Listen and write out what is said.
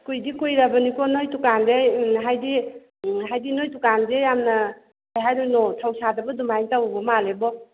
ꯀꯨꯏꯗꯤ ꯀꯨꯏꯔꯕꯅꯤꯀꯣ ꯅꯣꯏ ꯗꯨꯀꯥꯟꯁꯦ ꯍꯥꯏꯕꯗꯤ ꯍꯥꯏꯕꯗꯤ ꯅꯣꯏ ꯗꯨꯀꯥꯟꯁꯦ ꯌꯥꯝꯅ ꯀꯩ ꯍꯥꯏꯗꯣꯏꯅꯣ ꯊꯧꯁꯥꯗꯕ ꯗꯨꯃꯥꯏꯅ ꯇꯧꯕ ꯃꯥꯜꯂꯦꯕꯣ